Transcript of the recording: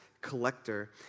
collector